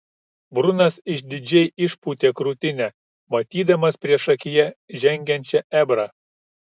brunas išdidžiai išpūtė krūtinę matydamas priešakyje žengiančią ebrą